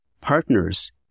partners